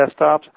desktops